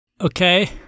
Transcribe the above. Okay